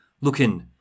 looking